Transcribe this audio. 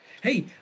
Hey